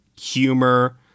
humor